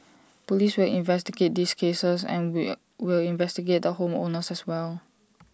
Police will investigate these cases and will we'll investigate the home owners as well